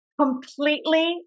completely